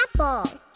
apple